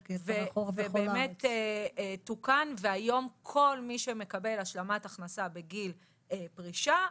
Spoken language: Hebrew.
ובאמת תוקן והיום כל מי שמקבל השלמת הכנסה בגיל פרישה,